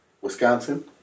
Wisconsin